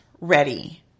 ready